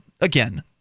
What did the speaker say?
again